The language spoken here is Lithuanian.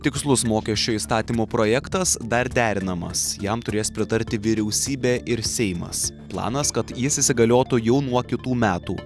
tikslus mokesčio įstatymo projektas dar derinamas jam turės pritarti vyriausybė ir seimas planas kad jis įsigaliotų jau nuo kitų metų